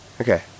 okay